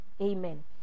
amen